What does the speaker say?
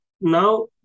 now